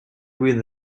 with